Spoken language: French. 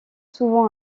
souvent